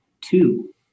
two